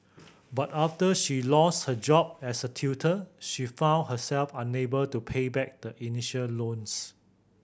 but after she lost her job as a tutor she found herself unable to pay back the initial loans